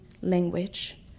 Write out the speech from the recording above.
language